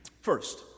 First